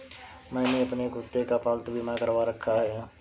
मैंने अपने कुत्ते का पालतू बीमा करवा रखा है